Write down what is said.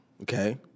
okay